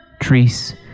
Trees